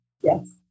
Yes